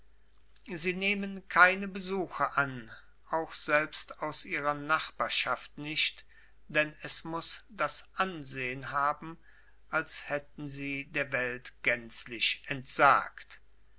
sie nehmen keine besuche an auch selbst aus ihrer nachbarschaft nicht denn es muß das ansehen haben als hätten sie der welt gänzlich entsagt